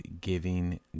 giving